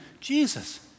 Jesus